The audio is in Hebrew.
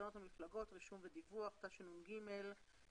לתקנות המפלגות (רישום ודיווח), התשנ"ג-1993.